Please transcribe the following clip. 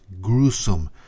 gruesome